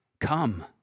come